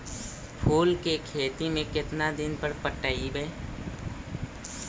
फूल के खेती में केतना दिन पर पटइबै?